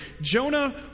Jonah